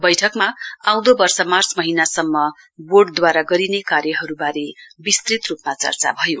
बैठकमा आउँदो वर्ष मार्च महीनासम्म बोर्डद्वारा गरिने कार्यहरवारे विस्तृत रुपमा चर्चा भयो